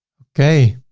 okay.